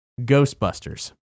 Ghostbusters